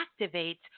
activates